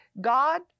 God